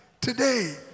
today